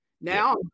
Now